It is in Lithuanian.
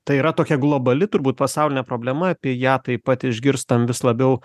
tai yra tokia globali turbūt pasaulinė problema apie ją taip pat išgirstam vis labiau